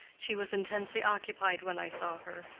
she was intensely occupied when i saw her.